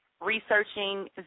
Researching